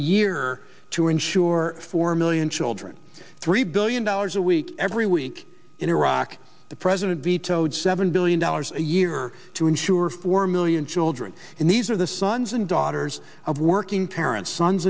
year to insure four million children three billion dollars a week every week in iraq the president vetoed seven billion dollars a year to insure four million children in these are the sons and daughters of working parents sons